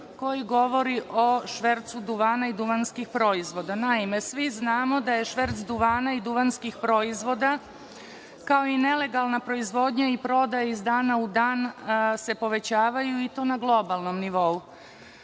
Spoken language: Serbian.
koji govori o švercu duvana i duvanskih proizvoda. Naime, svi znamo da se šverc duvana i duvanskih proizvoda, kao i nelegalna proizvodnja i prodaja, iz dana u dan povećavaju, i to na globalnom nivou. Pred